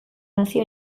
nazio